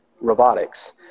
robotics